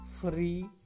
free